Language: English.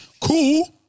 Cool